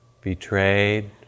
betrayed